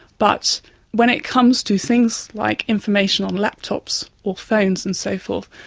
but when it comes to things like information on laptops or phones and so forth,